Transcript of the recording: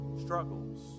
struggles